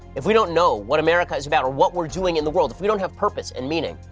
if we don't know what america is about or what we're doing in the world, if we don't have purpose and meaning,